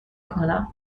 کنم